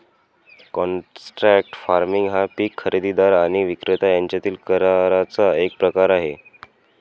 contract farming हा पीक खरेदीदार आणि विक्रेता यांच्यातील कराराचा एक प्रकार आहे